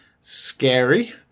scary